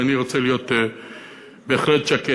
ואני רוצה להיות בהחלט שקט.